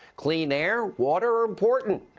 clean air, water, important.